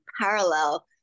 parallel